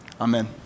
amen